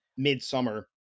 midsummer